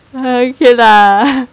okay lah